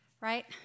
right